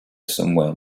somewhere